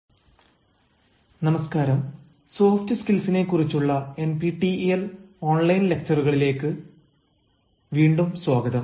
hello 'soft സ്കിൽസിനെ' കുറിച്ചുള്ള N P T E L online ലക്ച്ചറുകളിലേക്ക് വീണ്ടും സ്വാഗതം